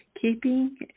keeping